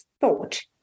thought